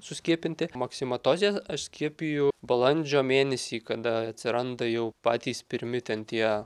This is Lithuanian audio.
suskiepinti maksimatozė aš skiepiju balandžio mėnesį kada atsiranda jau patys pirmi ten tie